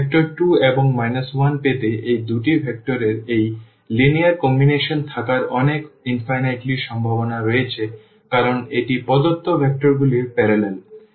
এই ভেক্টর 2 এবং 1 পেতে এই দুটি ভেক্টর এর এই লিনিয়ার সংমিশ্রণ থাকার অনেক অসীম সম্ভাবনা রয়েছে কারণ এটি প্রদত্ত ভেক্টরগুলির প্যারালাল